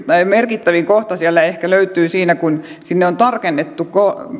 merkittävin kohta ehkä löytyy siinä kun sinne on tarkennettu